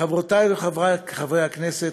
חברותי וחברי חברי הכנסת,